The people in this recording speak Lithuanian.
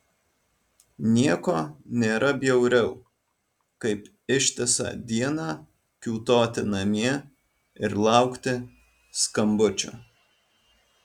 nieko nėra bjauriau kaip ištisą dieną kiūtoti namie ir laukti skambučio